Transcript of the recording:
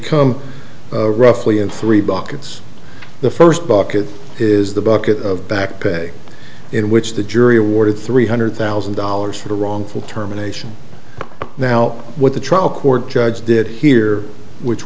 come roughly in three buckets the first bucket is the bucket of back pay in which the jury awarded three hundred thousand dollars for the wrongful terminations now what the trial court judge did here which